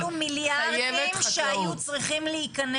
אלו מיליארדים שהיו צריכים להיכנס